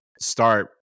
start